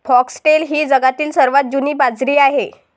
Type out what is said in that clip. foxtail ही जगातील सर्वात जुनी बाजरी आहे